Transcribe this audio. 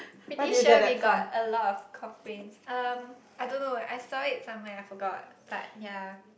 pretty sure we got a lot of complains um I don't know I saw it somewhere I forgot but ya